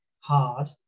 hard